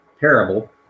parable